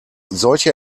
solche